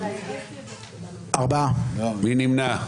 מי נמנע?